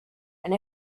and